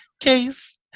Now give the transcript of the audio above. case